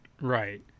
Right